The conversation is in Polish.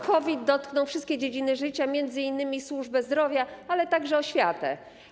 COVID dotknął wszystkie dziedziny życia, m.in. służbę zdrowia, ale także oświatę.